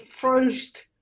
first